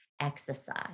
exercise